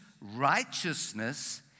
righteousness